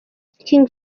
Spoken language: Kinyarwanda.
king